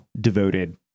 devoted